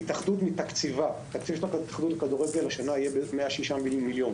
ההתאחדות מתקציבה תקציב התאחדות הכדורגל השנה יהיה בערך 106 מיליון